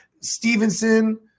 Stevenson